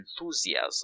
enthusiasm